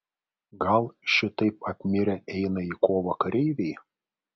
gal šitaip apmirę eina į kovą kareiviai